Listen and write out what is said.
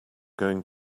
going